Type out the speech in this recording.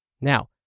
Now